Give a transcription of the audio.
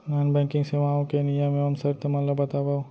non banking सेवाओं के नियम एवं शर्त मन ला बतावव